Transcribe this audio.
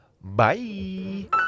Bye